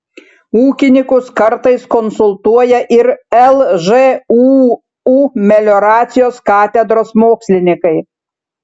ūkininkus kartais konsultuoja ir lžūu melioracijos katedros mokslininkai